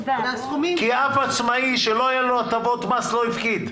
כי אף עצמאי שלא היו לו הטבות מס לא הפקיד.